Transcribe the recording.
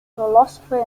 philosopher